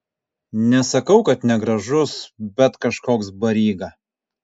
nesakau kad negražus bet kažkoks baryga